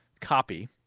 copy